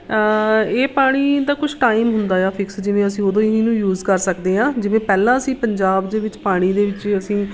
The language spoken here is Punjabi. ਇਹ ਪਾਣੀ ਦਾ ਕੁਛ ਟਾਈਮ ਹੁੰਦਾ ਆ ਫਿਕਸ ਜਿਵੇਂ ਅਸੀਂ ਉਦੋਂ ਹੀ ਇਹਨੂੰ ਯੂਸ ਕਰ ਸਕਦੇ ਹਾਂ ਜਿਵੇਂ ਪਹਿਲਾਂ ਅਸੀਂ ਪੰਜਾਬ ਦੇ ਵਿੱਚ ਪਾਣੀ ਦੇ ਵਿੱਚ ਵੀ ਅਸੀਂ